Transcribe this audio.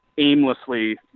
aimlessly